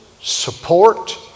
support